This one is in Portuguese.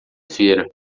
feira